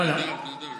לא, לא.